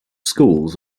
schools